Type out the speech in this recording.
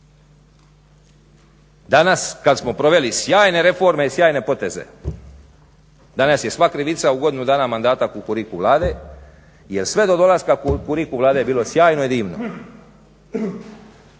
Danas kad smo proveli sjajne reforme i sjajne poteze. Danas je svaka krivica u godinu dana mandata Kukuriku Vlade jer sve do dolaska Kukuriku Vlade je bilo sjajno i divno.